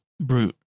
brute